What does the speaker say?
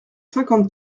cinquante